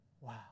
Wow